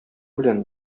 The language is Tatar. белән